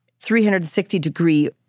360-degree